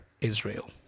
Israel